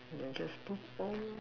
then just perform lor